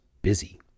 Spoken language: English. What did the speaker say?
busy